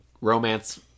romance